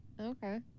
Okay